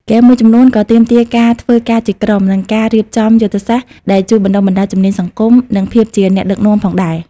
ហ្គេមមួយចំនួនក៏ទាមទារការធ្វើការជាក្រុម និងការរៀបចំយុទ្ធសាស្ត្រ ដែលជួយបណ្ដុះបណ្ដាលជំនាញសង្គម និងភាពជាអ្នកដឹកនាំផងដែរ។